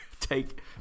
take